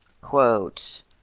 quote